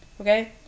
Okay